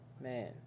man